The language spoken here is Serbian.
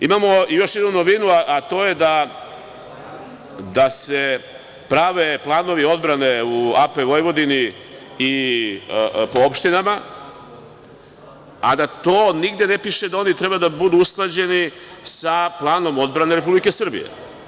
Imamo još jednu novinu, a to je da se prave planovi odbrane u AP Vojvodini i po opštinama, a da to nigde ne piše da oni treba da budu usklađeni sa planom odbrane Republike Srbije.